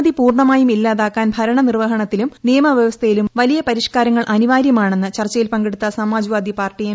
അഴിമതി പൂർണ്ണമായും ഇല്ലാതാക്കാൻ ഭരണ നിർവ്വഹണത്തിലും നിയമവ്യവസ്ഥയിലും വലിയ പരിഷ്ക്കാരങ്ങൾ അനിവാര്യമാണെന്ന് ചർച്ചയിൽ പങ്കെടുത്ത സമാജ്വാദി പാർട്ടി എം